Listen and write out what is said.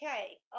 Okay